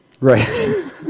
Right